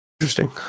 Interesting